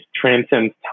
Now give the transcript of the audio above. transcends